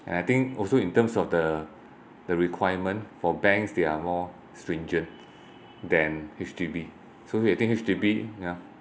and I think also in terms of the the requirement for banks they are more stringent than H_D_B so I think H_D_B yeah